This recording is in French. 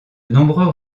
nombreux